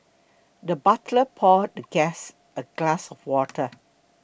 the butler poured the guest a glass of water